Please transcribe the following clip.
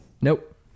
Nope